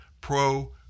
pro